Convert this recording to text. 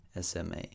SMA